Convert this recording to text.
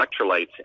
electrolytes